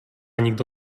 nikdo